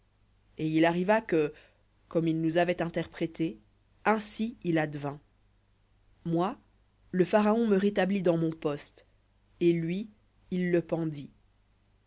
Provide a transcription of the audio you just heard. et il arriva que comme il nous avait interprété ainsi il advint moi me rétablit dans mon poste et lui il le pendit